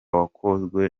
wakozwe